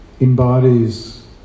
embodies